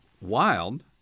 wild